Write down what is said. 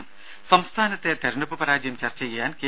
ദേദ സംസ്ഥാനത്തെ തെരഞ്ഞെടുപ്പ് പരാജയം ചർച്ചെചെയ്യാൻ കെ